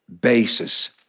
basis